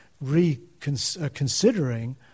reconsidering